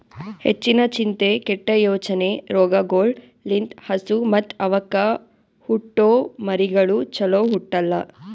ಹೆಚ್ಚಿನ ಚಿಂತೆ, ಕೆಟ್ಟ ಯೋಚನೆ ರೋಗಗೊಳ್ ಲಿಂತ್ ಹಸು ಮತ್ತ್ ಅವಕ್ಕ ಹುಟ್ಟೊ ಮರಿಗಳು ಚೊಲೋ ಹುಟ್ಟಲ್ಲ